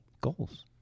goals